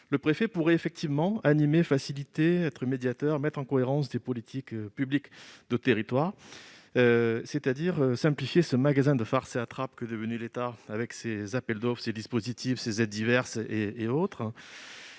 Le préfet pourrait animer, faciliter, être médiateur, mettre en cohérence les politiques publiques de territoire, c'est-à-dire simplifier ce magasin de farces et attrapes qu'est devenu l'État avec ses appels d'offres et autres aides diverses ! Il y